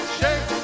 shake